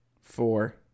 Four